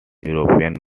european